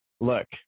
look